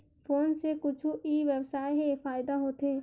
Phone से कुछु ई व्यवसाय हे फ़ायदा होथे?